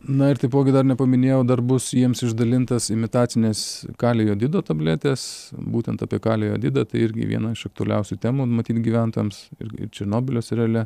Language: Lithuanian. na ir taipogi dar nepaminėjau dar bus jiems išdalintas imitacinės kalio jodido tabletės būtent apie kalio jodidą tai irgi viena iš aktualiausių temų matyt gyventojams ir černobylio seriale